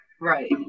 Right